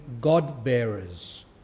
God-bearers